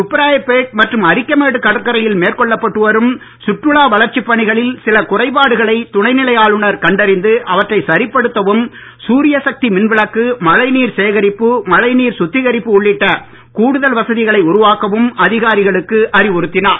துப்ராயப்பேட் மற்றும் அரிக்கமேடு கடற்கரையில் மேற்கொள்ளப்பட்டு வரும் சுற்றுலா வளர்ச்சிப் பணிகளில் சில குறைபாடுகளை துணைநிலை ஆளுனர் கண்டறிந்து அவற்றை சரிப்படுத்தவும் சூரியசக்தி மின்விளக்கு மழைநீர் சேகரிப்பு மழைநீர் சுத்திகரிப்பு உள்ளிட்ட கூடுதல் வசதிகளை உருவாக்கவும் அதிகாரிகளுக்கு அறிவுறுத்தினார்